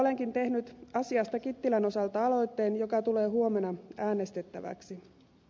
olenkin tehnyt asiasta kittilän osalta aloitteen joka tulee huomenna äänestettäväksi